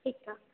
ठीकु आहे